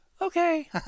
Okay